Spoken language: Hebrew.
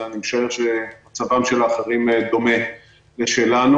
ואני משער שמצבם של האחרים דומה לשלנו.